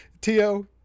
Tio